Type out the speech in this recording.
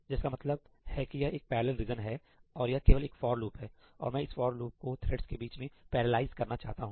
जिसका मतलब है कि यह एक पैरलाल रीजन है और यह केवल एक फॉर लूप है और मैं इस फॉर लूप को थ्रेडस के बीच में पैरालाइज करना चाहता हूं